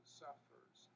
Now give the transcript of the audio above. suffers